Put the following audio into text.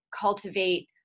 cultivate